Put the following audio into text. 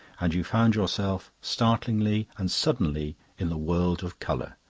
and you found yourself, startlingly and suddenly, in the world of colour.